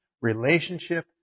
relationship